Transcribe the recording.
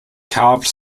carved